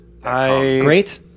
Great